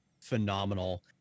phenomenal